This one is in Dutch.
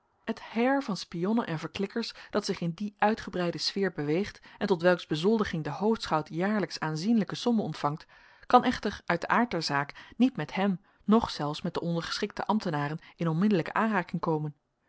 het heir van spionnen en verklikkers dat zich in die uitgebreide sfeer beweegt en tot welks bezoldiging de hoofdschout jaarlijks aanzienlijke sommen ontvangt kan echter uit den aard der zaak niet met hem noch zelfs met de ondergeschikte ambtenaren in onmiddellijke aanraking komen